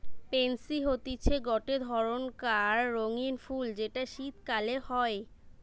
pansy হতিছে গটে ধরণকার রঙ্গীন ফুল যেটা শীতকালে হই